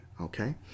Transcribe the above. okay